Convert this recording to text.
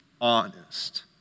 honest